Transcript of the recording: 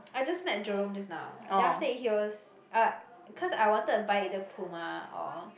I just met Jerome just now then after that he was ah cause I wanted to buy either Puma or